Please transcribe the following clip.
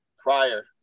prior